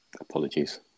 Apologies